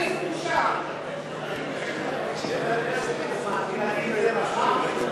איך לוקחים להם את פת הלחם.